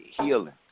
healing